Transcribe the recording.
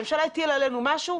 הממשלה הטילה עלינו משהו,